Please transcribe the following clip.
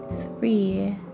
Three